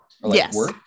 yes